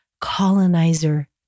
colonizer